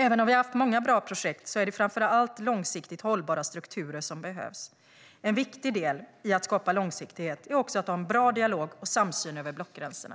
Även om vi har haft många bra projekt är det framför allt långsiktigt hållbara strukturer som behövs. En viktig del i att skapa långsiktighet är också att ha en bra dialog och samsyn över blockgränserna.